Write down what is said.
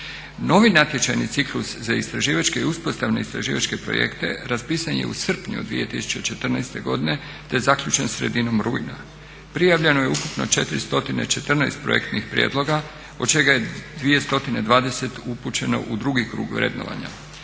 Novi natječajni ciklus za istraživačke i uspostavne istraživačke projekte raspisan je u srpnju 2014. godine te zaključen sredinom rujna. Prijavljeno je ukupno 414 projektnih prijedloga od čega je 220 upućeno u drugi krug vrednovanja.